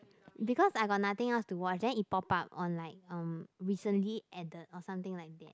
because I got nothing else to watch then it pop up on like um recently and the or something like that